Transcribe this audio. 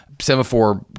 Semaphore